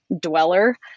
dweller